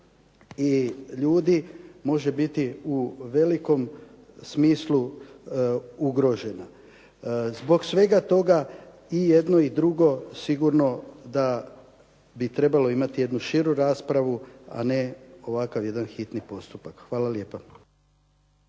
i ljudi može biti u velikom smislu ugrožena. Zbog svega toga i jedno i drugo sigurno da bi trebalo imati jednu širu raspravu, a ne ovakav jedan hitni postupak. Hvala lijepa.